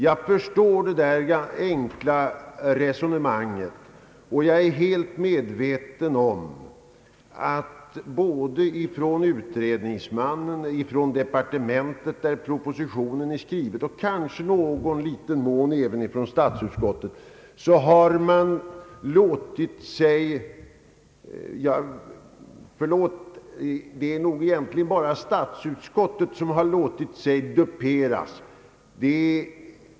Jag förstår detta enkla resonemang, och jag är medveten om att statsutskottet i någon mån har låtit sig duperas.